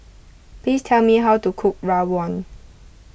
please tell me how to cook Rawon